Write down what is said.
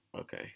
Okay